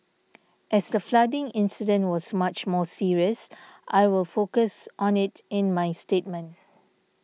as the flooding incident was much more serious I will focus on it in my statement